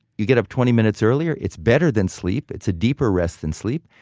you get up twenty minutes earlier, it's better than sleep. it's a deeper rest than sleep.